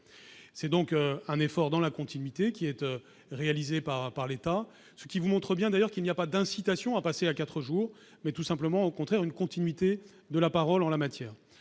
C'est donc un effort dans la continuité qui est réalisé par l'État. Cela vous montre bien, d'ailleurs, qu'il n'y a pas d'incitation à passer à 4 jours, mais tout simplement, je le répète, une continuité de la parole en la matière.